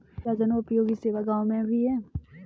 क्या जनोपयोगी सेवा गाँव में भी है?